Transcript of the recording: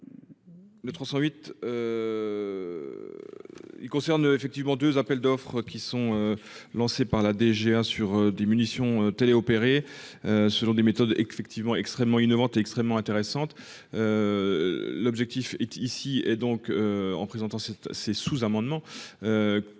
Le 308. Il concerne effectivement 2 appels d'offres qui sont lancés par la DGA sur des munitions télé-opérées. Selon des méthodes effectivement extrêmement innovante est extrêmement intéressante. L'objectif ici et donc en présentant cette ces sous-amendements.